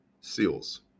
SEALs